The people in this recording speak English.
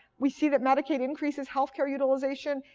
we see that medicaid increases health care utilization,